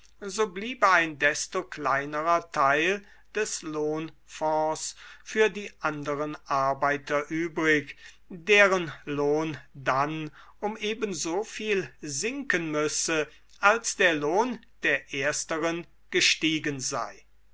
so bleibe ein desto kleinerer teil des lohnfonds für die anderen arbeiter übrig deren lohn dann um ebensoviel sinken müsse als der lohn der ersteren gestiegen sei